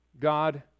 God